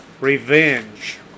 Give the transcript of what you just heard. Revenge